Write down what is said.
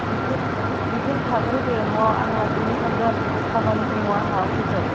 नोंसोर नोंसोर थाग्रो दे न'आव आं लासै नो थांगोन खामानि दङ आहा अफिसाव